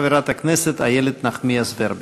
חברת הכנסת איילת נחמיאס ורבין.